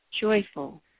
joyful